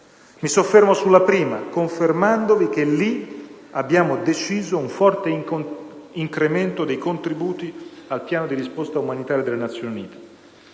Mi soffermo sulla prima, confermandovi che li abbiamo deciso un forte incremento dei contributi al Piano di risposta umanitaria delle Nazioni Unite.